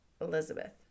Elizabeth